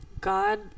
God